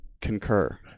concur